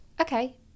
Okay